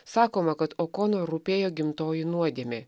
sakoma kad okonor rūpėjo gimtoji nuodėmė